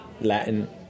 Latin